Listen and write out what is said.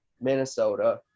Minnesota